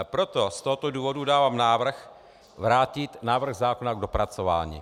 Proto z tohoto důvodu dávám návrh vrátit návrh zákona k dopracování.